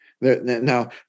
Now